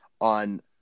on